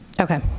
Okay